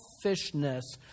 selfishness